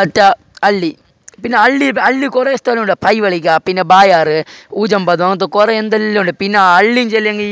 മറ്റേ അള്ളി പിന്നെ അള്ളീ അള്ളിയിൽ കുറേ സ്ഥലമുണ്ട് പൈവെളിക പിന്നെ ബായാറു ഉജമ്പകം ന്ത് കുറേയെന്തെല്ലം ഉണ്ട് പിന്നെ അള്ളിച്ചെല്ലെങ്കിൽ